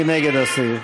מי נגד הסעיף?